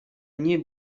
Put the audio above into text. nie